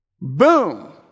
Boom